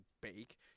bake